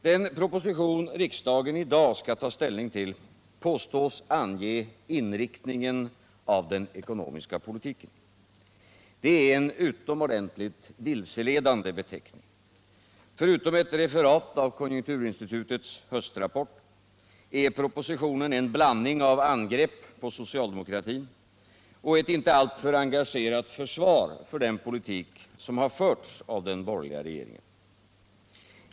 Den proposition riksdagen i dag skall ta ställning till påstås ange inriktningen av den ekonomiska politiken. Det är en utomordentligt vilseledande beteckning. Förutom ett referat av konjunkturinstitutets höstrapport är propositionen en blandning av angrepp på socialdemokratin och ett inte alltför engagerat försvar för den politik som har förts av den borgerliga regeringen.